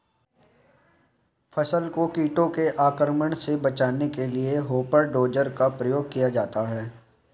फसल को कीटों के आक्रमण से बचाने के लिए हॉपर डोजर का प्रयोग किया जाता है